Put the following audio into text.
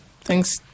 Thanks